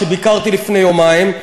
ביקרתי שם לפני יומיים,